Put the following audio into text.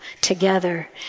together